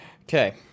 okay